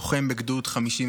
לוחם בגדוד 51